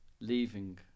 leaving